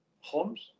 homes